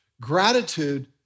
Gratitude